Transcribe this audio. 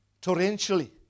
Torrentially